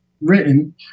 written